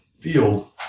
field